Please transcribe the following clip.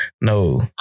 no